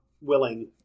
willing